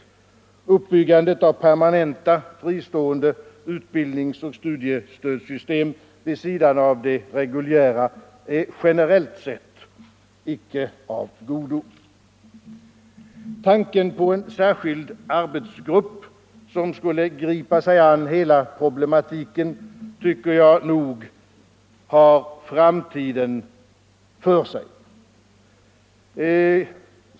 Uppbyggandet av permanenta, fristående utbildningsoch studiestödssystem vid sidan av de reguljära är generellt sett icke av godo. Tanken på en särskild arbetsgrupp, som skulle gripa sig an hela problematiken, tycker jag har framtiden för sig.